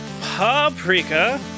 Paprika